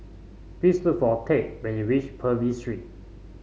please look for Tate when you reach Purvis Street